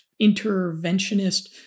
interventionist